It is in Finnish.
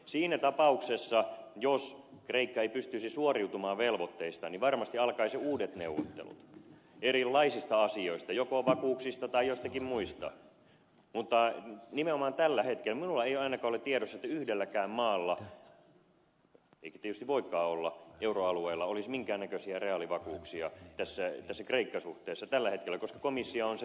siinä tapauksessa jos kreikka ei pystyisi suoriutumaan velvoitteistaan varmasti alkaisivat uudet neuvottelut erilaisista asioista joko vakuuksista tai joistakin muista mutta nimenomaan tällä hetkellä minulla ei ainakaan ole tiedossa että yhdelläkään maalla eikä tietysti voikaan olla euroalueella olisi minkään näköisiä reaalivakuuksia tässä kreikka suhteessa tällä hetkellä koska komissio on sen neuvotellut